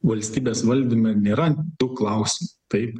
valstybės valdyme nėra tų klausimų taip